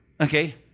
okay